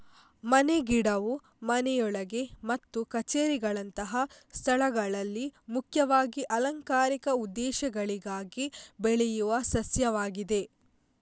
ಮನೆ ಗಿಡವು ಮನೆಯೊಳಗೆ ಮತ್ತು ಕಛೇರಿಗಳಂತಹ ಸ್ಥಳಗಳಲ್ಲಿ ಮುಖ್ಯವಾಗಿ ಅಲಂಕಾರಿಕ ಉದ್ದೇಶಗಳಿಗಾಗಿ ಬೆಳೆಯುವ ಸಸ್ಯವಾಗಿದೆ